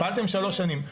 פעלתם שלוש שנים,